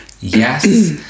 yes